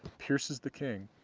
pierces the king,